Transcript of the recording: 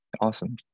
Awesome